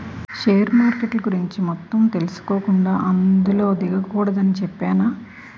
share మార్కెట్ల గురించి మొత్తం తెలుసుకోకుండా అందులో దిగకూడదని చెప్పేనా